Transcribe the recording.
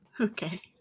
Okay